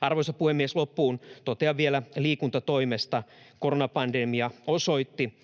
Arvoisa puhemies! Loppuun totean vielä liikuntatoimesta: Koronapandemia osoitti,